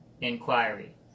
Inquiry